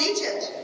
Egypt